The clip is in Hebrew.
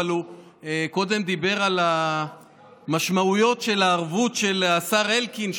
אבל הוא קודם דיבר על המשמעויות של הערבות של השר אלקין,